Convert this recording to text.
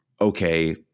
okay